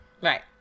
Right